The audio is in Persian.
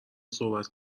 صحبت